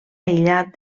aïllat